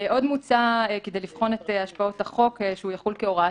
עוד מוצע כדי לבחון את השפעות החוק שהוא יחול כהוראת